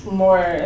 more